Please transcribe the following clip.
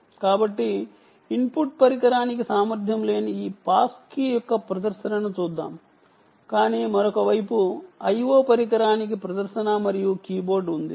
కాబట్టి ఈ pass key యొక్క ప్రదర్శనను చూద్దాం ఇన్పుట్ పరికరానికి సామర్ధ్యం లేదు కానీ మరొక వైపు I o పరికరానికి ప్రదర్శన మరియు కీబోర్డ్ ఉంది